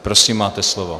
Prosím, máte slovo.